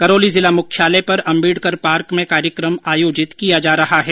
करौली जिला मुख्यालय पर अम्बेडकर पार्क में कार्यक्रम आयोजित किया जा रहा है